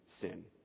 sin